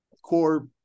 Core